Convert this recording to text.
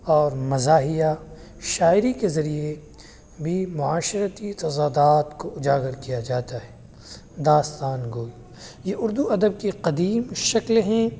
اور مزاحیہ شاعری کے ذریعے بھی معاشرتی تضادات کو اجاغر کیا جاتا ہے داستان گوئی یہ اردو ادب کی قدیم شکلیں ہیں